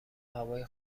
هوای